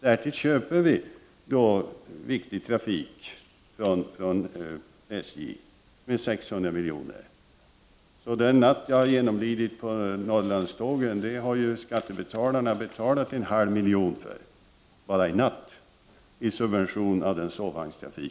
Därtill köper vi viktig trafik från SJ för 600 miljoner. Bara den natt jag har genomlidit i natt på Norrlandståget har skattebetalarna betalat en halv miljon för, genom subventioner av sovvagnstrafiken.